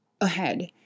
ahead